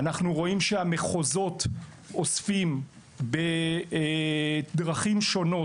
אנחנו רואים שהמחוזות אוספים בדרכים שונות